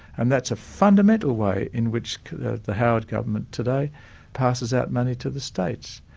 and that's a fundamental way in which the the howard government today passes out money to the states.